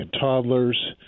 toddlers